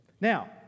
Now